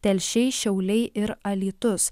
telšiai šiauliai ir alytus